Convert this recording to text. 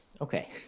okay